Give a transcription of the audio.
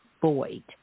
void